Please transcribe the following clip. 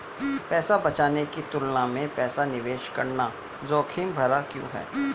पैसा बचाने की तुलना में पैसा निवेश करना जोखिम भरा क्यों है?